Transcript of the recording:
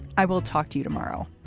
i will talk to you tomorrow